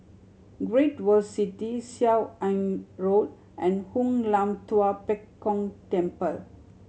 Great World City Seah Im Road and Hoon Lam Tua Pek Kong Temple